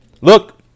look